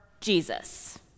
Jesus